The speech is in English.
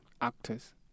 actors